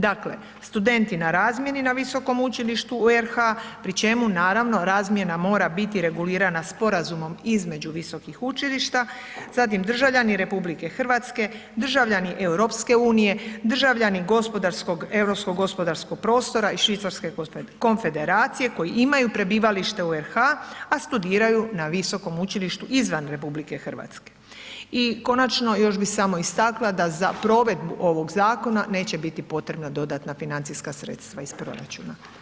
Dakle, studenti na razmjeni na visokom učilištu u RH pri čemu naravno razmjena mora biti regulirana sporazumom između visokih učilišta, zatim državljani RH, državljani EU, državljani gospodarskog, europskog gospodarskog prostora i Švicarske konfederacije koji imaju prebivalište u RH, a studiraju na visokom učilištu izvan RH i konačno još bi samo istakla da za provedbu ovog zakona neće biti potrebna dodatna financijska sredstva iz proračuna.